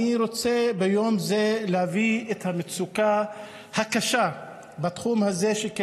אני רוצה ביום זה להביא את המצוקה הקשה שקיימת